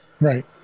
Right